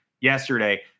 yesterday